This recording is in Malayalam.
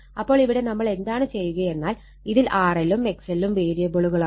അപ്പോൾ ഇവിടെ നമ്മൾ എന്താണ് ചെയ്യുകയെന്നാൽ ഇതിൽ RL ഉം XL ഉം വേരിയബിളുകളാണ്